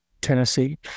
Tennessee